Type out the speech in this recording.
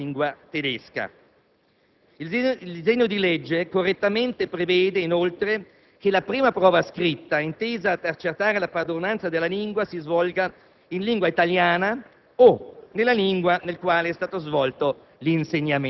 e, per la scuola tedesca, si svolgano appunto in lingua tedesca. Il disegno di legge correttamente prevede, inoltre, che la prima prova scritta, intesa ad accertare la padronanza della lingua, si svolga in lingua italiana